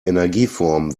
energieformen